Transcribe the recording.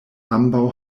ambaŭ